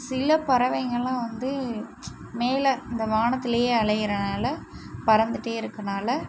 சில பறவைங்களாம் வந்து மேலே இந்த வானத்துலேயே அலையிறதுனால பறந்துகிட்டே இருக்குறதுனால